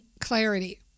clarity